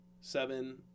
seven